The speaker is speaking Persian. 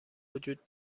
وجود